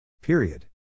period